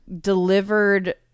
delivered